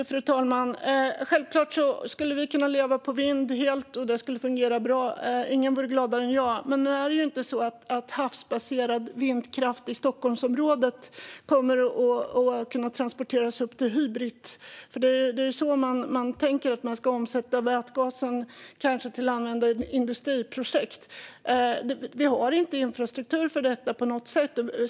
Fru talman! Ingen skulle bli gladare än jag om vi kunde leva helt på vind, men havsbaserad vindkraft i Stockholmsområdet kan inte transporteras upp till Hybrit. Man tänker att vätgasen ska användas i industriprojekt, men vi har inte infrastruktur för detta.